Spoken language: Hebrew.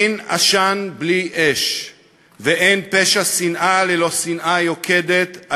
אין עשן בלי אש ואין פשע שנאה ללא שנאה יוקדת,